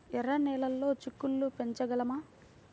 ఎర్ర నెలలో చిక్కుళ్ళు పెంచగలమా?